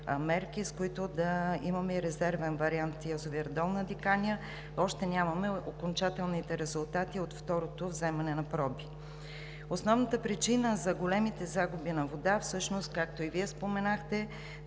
с които да имаме и резервен вариант. За язовир „Долна Диканя“ още нямаме окончателните резултати от второто вземане на проби. Основната причина за големите загуби на вода, както и Вие споменахте,